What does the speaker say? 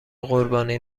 قربانی